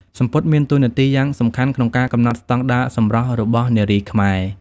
សំពត់មានតួនាទីយ៉ាងសំខាន់ក្នុងការកំណត់ស្តង់ដារសម្រស់របស់នារីខ្មែរ។